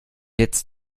jetzt